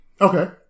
Okay